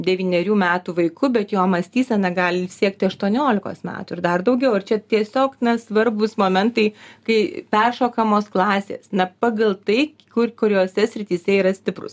devynerių metų vaiku bet jo mąstysena gali siekti aštuoniolikos metų ir dar daugiau ir čia tiesiog na svarbūs momentai kai peršokamos klasės na pagal tai kur kuriose srityse yra stiprūs